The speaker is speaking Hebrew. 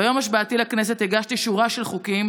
ביום השבעתי לכנסת הגשתי שורה של חוקים